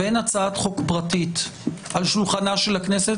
ואין הצעת חוק פרטית על שולחנה של הכנסת